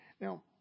Now